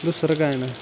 दुसरं काय ना